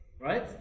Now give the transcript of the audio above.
right